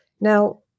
Now